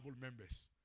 members